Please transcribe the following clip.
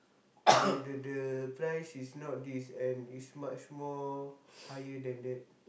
they the the price is not this and it's much more higher than that